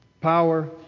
power